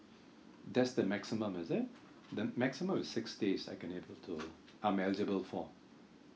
that's the maximum is it the maximum is six days I can have it to I'm eligible for